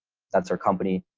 that's our company.